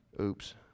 Oops